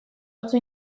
oso